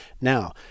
Now